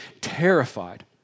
terrified